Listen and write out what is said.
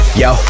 yo